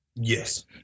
Yes